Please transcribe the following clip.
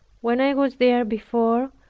when i was there before,